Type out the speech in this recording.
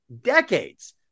decades